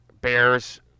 Bears –